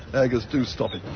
aggers, do stop it.